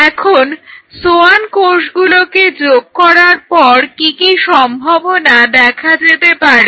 এখন সোয়ান কোষগুলোকে যোগ করার পর কি কি সম্ভাবনা দেখা যেতে পারে